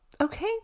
okay